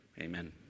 amen